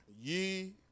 Ye